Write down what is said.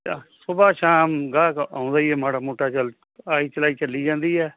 ਸੁਬਹਾ ਸ਼ਾਮ ਗਾਹਕ ਆਉਂਦਾ ਹੀ ਹੈ ਮਾੜਾ ਮੋਟਾ ਚਲ ਆਈ ਚਲਾਈ ਚੱਲੀ ਜਾਂਦੀ ਆ